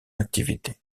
activité